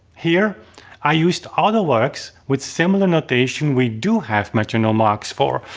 here i used other works with similar notation we do have metronome marks for.